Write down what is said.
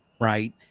right